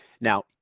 Now